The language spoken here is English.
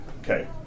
Okay